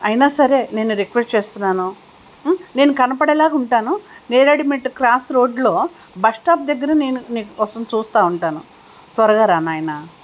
అయినా సరే నేను రిక్వెస్ట్ చేస్తున్నాను నేను కనపడేలాగ ఉంటాను నేరెడ్మెట్ క్రాస్ రోడ్లో బస్ స్టాప్ దగ్గర నేను నీకోసం చూస్తు ఉంటాను త్వరగా రా నాయనా